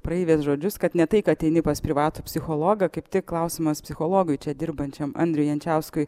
praeivės žodžius kad ne tai kad eini pas privatų psichologą kaip tik klausimas psichologui čia dirbančiam andriui jančiauskui